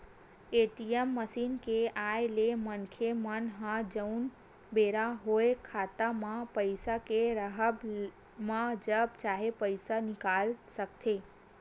ATM machine के आय ले मनखे मन ह जउन बेरा होय खाता म पइसा के राहब म जब चाहे पइसा निकाल सकथे